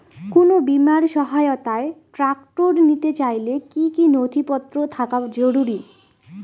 কোন বিমার সহায়তায় ট্রাক্টর নিতে চাইলে কী কী নথিপত্র থাকা জরুরি?